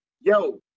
Yo